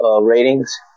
ratings